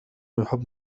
يحب